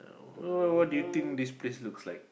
oh what do you think this place looks like